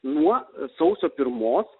nuo sausio pirmos